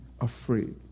afraid